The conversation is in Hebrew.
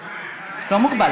הוא לא מוגבל,